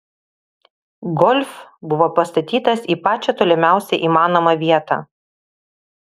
golf buvo pastatytas į pačią tolimiausią įmanomą vietą